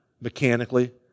mechanically